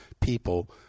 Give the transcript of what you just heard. people